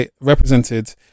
represented